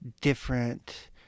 different